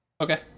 Okay